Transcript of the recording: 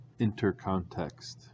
Intercontext